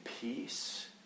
peace